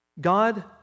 God